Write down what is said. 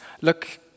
Look